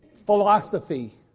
philosophy